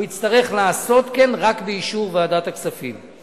הוא יצטרך לעשות כן רק באישור ועדת הכספים.